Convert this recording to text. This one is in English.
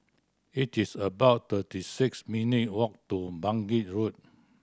it is about thirty six minute walk to Bangkit Road